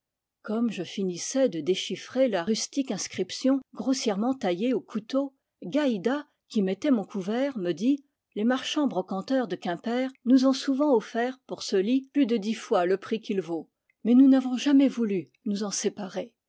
comme je finissais de déchiffrer la rustique inscription grossièrement taillée au couteau gaïda qui mettait mon couvert me dit les marchands brocanteurs de quimper nous ont souvent offert pour ce lit plus de dix fois le prix qu'il vaut mais nous n'avons jamais voulu nous en séparer